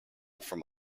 from